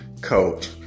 coach